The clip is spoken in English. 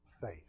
faith